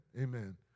Amen